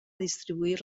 distribuir